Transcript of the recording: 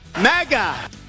MAGA